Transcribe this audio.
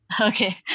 Okay